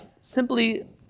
simply